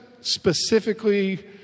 specifically